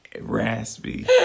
raspy